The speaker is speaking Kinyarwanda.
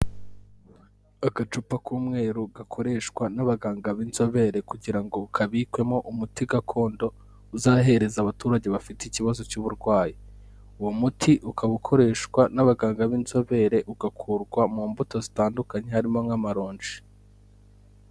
Agacupa k'umweru gakoreshwa n'abaganga b'inzobere kugira ngo kabikwemo umuti gakondo uzahereza abaturage bafite ikibazo cy'uburwayi, uwo muti ukaba ukoreshwa n'abaganga b'inzobere ugakurwa mu mbuto zitandukanye harimo nk'amaronji.